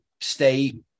stay